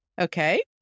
Okay